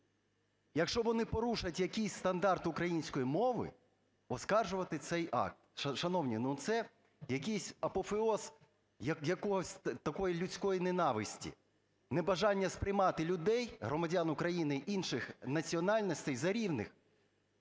якщо вони порушать якийсь стандарт української мови, оскаржувати цей акт. Шановні, ну це якийсь апофеоз якоїсь такої людської ненависті, небажання сприймати людей, громадян України інших національностей, за рівних,